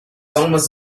almost